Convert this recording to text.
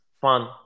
fun